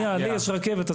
לי יש רכבת,